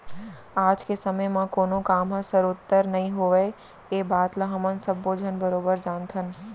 आज के समे म कोनों काम ह सरोत्तर नइ होवय ए बात ल हमन सब्बो झन बरोबर जानथन